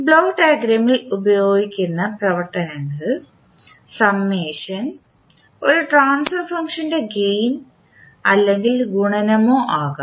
block ഡയഗ്രാമിൽ ഉപയോഗിക്കുന്ന പ്രവർത്തനങ്ങൾ സമേഷൻ ഒരു ട്രാൻസ്ഫർ ഫംഗ്ഷൻറെ ഗേയിൻ അല്ലെങ്കിൽ ഗുണനമോ ആകാം